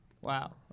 Wow